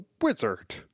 wizard